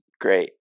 great